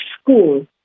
school